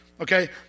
Okay